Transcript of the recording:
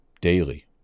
daily